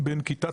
לגמרי.